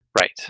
Right